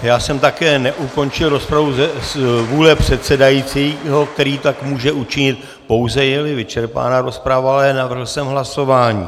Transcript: Já jsem také neukončil rozpravu z vůle předsedajícího, který tak může učinit, pouze jeli vyčerpána rozprava, ale navrhl jsem hlasování.